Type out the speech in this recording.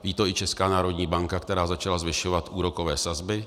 Ví to i Česká národní banka, která začala zvyšovat úrokové sazby.